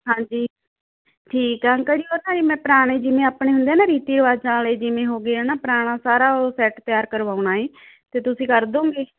ਹਾਂਜੀ ਠੀਕ ਆ ਅੰਕਲ ਜੀ ਉਹ ਤਾਂ ਜੀ ਮੈਂ ਪੁਰਾਣੇ ਜਿਵੇਂ ਆਪਣੇ ਹੁੰਦੇ ਨਾ ਰੀਤੀ ਰਿਵਾਜਾਂ ਵਾਲੇ ਜਿਵੇਂ ਹੋਗੇ ਹੈ ਨਾ ਪੁਰਾਣਾ ਸਾਰਾ ਉਹ ਸੈੱਟ ਤਿਆਰ ਕਰਵਾਉਣਾ ਹੈ ਤੁਸੀਂ ਕਰ ਦਓਗੇ